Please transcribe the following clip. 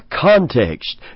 context